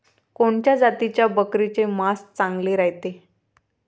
कोनच्या जातीच्या बकरीचे मांस चांगले रायते?